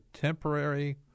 temporary